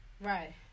Right